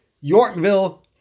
Yorkville